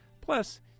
Plus